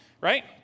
right